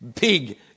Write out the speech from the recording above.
big